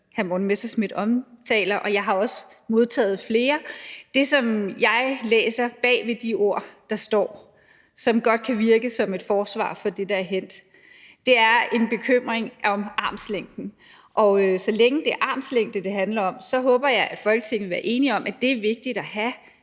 Morten Messerschmidt omtaler, og jeg har også modtaget flere. Det, som jeg læser bag de ord, der står, og som godt kan virke som et forsvar for det, der er hændt, er en bekymring om armslængden. Og så længe det er armslængde, det handler om, håber jeg, at Folketinget vil være enige om, at det er vigtigt at have,